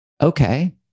Okay